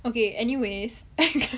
okay anyways